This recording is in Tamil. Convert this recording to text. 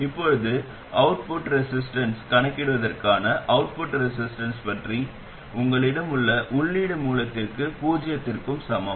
இப்போது அவுட்புட் ரெசிஸ்டன்ஸ் கணக்கிடுவதற்கான அவுட்புட் ரெசிஸ்டன்ஸ் பற்றி என்ன உங்களிடம் உள்ள உள்ளீடு மூலத்தை பூஜ்ஜியத்திற்கு சமம்